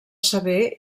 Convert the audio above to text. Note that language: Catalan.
sever